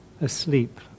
asleep